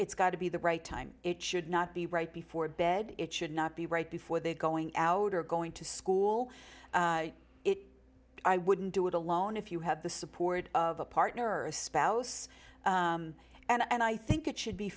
it's got to be the right time it should not be right before bed it should not be right before they're going out or going to school it i wouldn't do it alone if you have the support of a partner or spouse and i think it should be